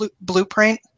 Blueprint